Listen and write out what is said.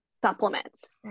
supplements